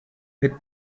mit